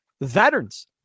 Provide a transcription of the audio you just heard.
veterans